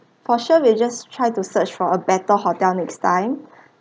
for sure we'll just try to search for a better hotel next time